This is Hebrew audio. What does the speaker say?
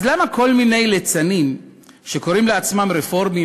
אז למה כל מיני ליצנים שקוראים לעצמם רפורמים,